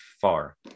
far